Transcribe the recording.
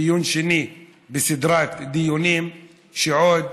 דיון שני בסדרת דיונים שעוד